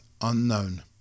unknown